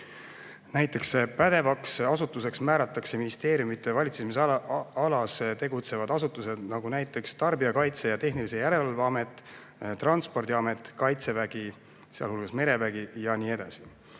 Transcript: Pädevaks asutuseks määratakse ministeeriumide valitsemisalas tegutsevad asutused, nagu näiteks Tarbijakaitse ja Tehnilise Järelevalve Amet, Transpordiamet, Kaitsevägi, sealhulgas merevägi ja nii edasi.